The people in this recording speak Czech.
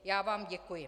Já vám děkuji.